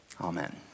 Amen